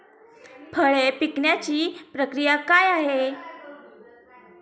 फळे पिकण्याची प्रक्रिया काय आहे?